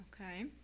Okay